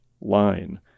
line